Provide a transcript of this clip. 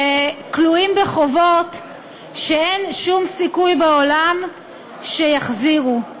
שכלואים בחובות שאין שום סיכוי בעולם שיחזירו.